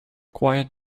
quiet